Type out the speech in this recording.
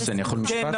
יוסי, אני יכול משפט?